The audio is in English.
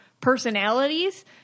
personalities